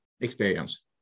experience